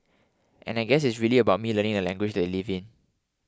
and I guess it's really about me learning the language that they live in